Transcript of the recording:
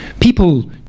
people